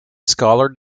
scholar